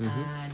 mmhmm